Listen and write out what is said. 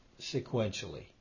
sequentially